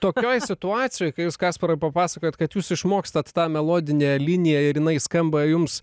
tokioj situacijoj kai jūs kasparai papasakojot kad jūs išmokstat tą melodinę liniją ir jinai skamba jums